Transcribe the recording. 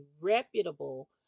reputable